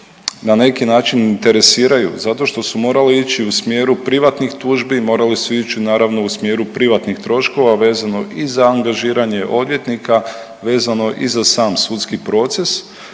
na neki način interesiraju zato što su morali ići u smjeru privatnih tužbi, morali su ići naravno u smjeru privatnih troškova vezano i za angažiranje odvjetnika, vezano i za sam sudski proces.